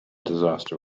disaster